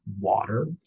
water